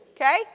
okay